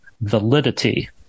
validity